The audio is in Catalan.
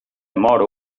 moro